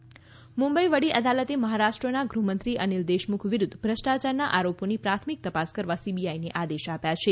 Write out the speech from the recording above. Deshmukh CBI Mumbai વડી અદાલતે મહારાષ્ટ્રના ગૃહમંત્રી અનિલ દેશમુખ વિરુદ્ધ ભ્રષ્ટાચારના આરોપોની પ્રાથમિક તપાસ કરવા સીબીઆઈને આદેશ આપ્યા છે